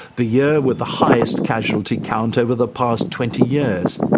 the year with the highest casualty count over the past twenty years.